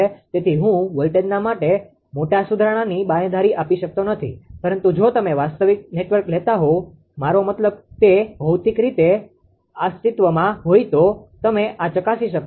તેથી હું વોલ્ટેજના મોટા સુધારણાની બાંયધરી આપી શકતો નથી પરંતુ જો તમે વાસ્તવિક નેટવર્ક લેતા હોવ મારો મતલબ તે ભૌતિક રીતે અસ્તિત્વમાં હોઈ તો તમે આ ચકાસી શકો છો